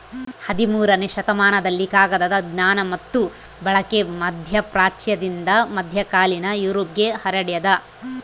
ಹದಿಮೂರನೇ ಶತಮಾನದಲ್ಲಿ ಕಾಗದದ ಜ್ಞಾನ ಮತ್ತು ಬಳಕೆ ಮಧ್ಯಪ್ರಾಚ್ಯದಿಂದ ಮಧ್ಯಕಾಲೀನ ಯುರೋಪ್ಗೆ ಹರಡ್ಯಾದ